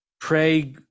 pray